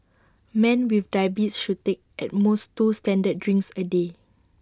men with diabetes should take at most two standard drinks A day